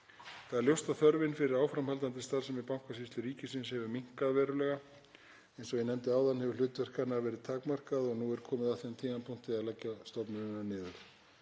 Það er ljóst að þörfin fyrir áframhaldandi starfsemi Bankasýslu ríkisins hefur minnkað verulega. Eins og ég nefndi áðan hefur hlutverk hennar verið takmarkað og nú er komið að þeim tímapunkti að leggja stofnunina niður.